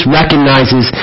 recognizes